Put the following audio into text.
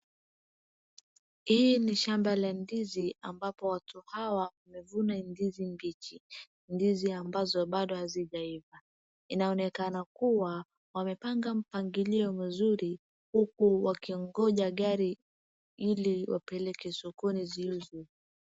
Hii ni shamba la ndizi ambapo watu hawa wamevuna ndizi mbichi, ndizi ambazo hazijaiva, inaonekana kuwa wamepamga mpangilio mzuri huku wakiongoja gari ili wapeleke sokoni ziuzwee.